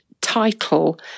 title